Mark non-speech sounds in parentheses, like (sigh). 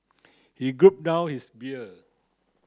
he (unintelligible) down his beer